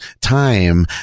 time